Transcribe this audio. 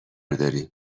داریم